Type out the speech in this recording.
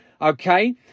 okay